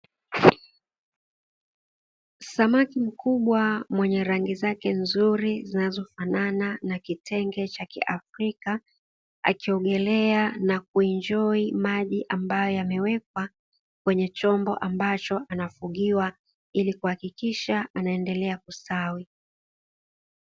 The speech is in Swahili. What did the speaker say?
Samaki mkubwa mwenye rangi zake nzuri zinazofanana na kitenge cha kiafrika, akiongelea na kuinjoi maji ambayo yamewekwa kwenye chombo ambacho anafugiwa ili kuhakikisha anaendelea kusitawi.